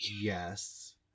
Yes